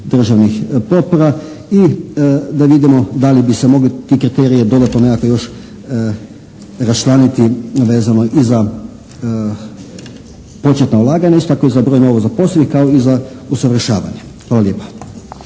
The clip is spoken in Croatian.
državnih potpora. I da vidimo da li bi se mogli ti kriteriji dodatno nekako još raščlaniti vezano i za početna ulaganja. Isto tako i za broj novozaposlenih kao i za usavršavanje. Hvala lijepa.